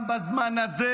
גם בזמן הזה